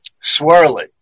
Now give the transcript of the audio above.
Swirly